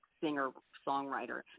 singer-songwriter